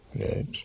right